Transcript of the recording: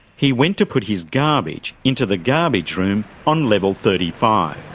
he went to put his garbage into the garbage room on level thirty five.